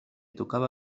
tocava